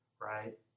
right